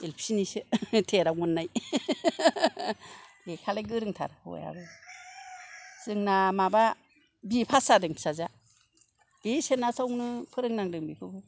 एलफिनिसो टेराव मोननाय लेखालाय गोरोंथार हौवायाबो जोंना माबा बि ए फास जादों फिसाजोआ बे सेनान्स आवनो फोरोंनांदों बिखौबो